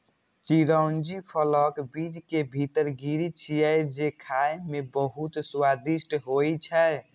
चिरौंजी फलक बीज के भीतर गिरी छियै, जे खाइ मे बहुत स्वादिष्ट होइ छै